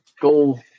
go